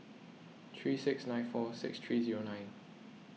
three six nine four six three zero nine